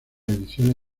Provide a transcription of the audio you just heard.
ediciones